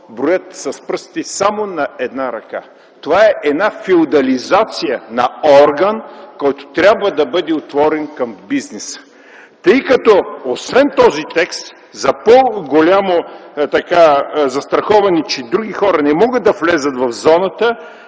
броят на пръстите само на едната ръка. Това е една феодализация на орган, който трябва да бъде отворен към бизнеса. Тъй като освен този текст за по-голямо застраховане, че други хора не могат да влязат в зоната